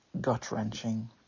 gut-wrenching